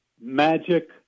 magic